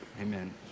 amen